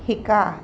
শিকা